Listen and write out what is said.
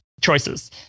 choices